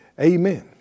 amen